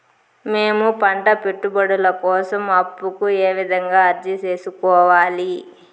మేము పంట పెట్టుబడుల కోసం అప్పు కు ఏ విధంగా అర్జీ సేసుకోవాలి?